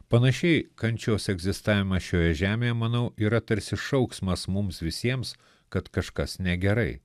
panašiai kančios egzistavimas šioje žemėje manau yra tarsi šauksmas mums visiems kad kažkas negerai